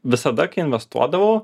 visada kai investuodavau